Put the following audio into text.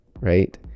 right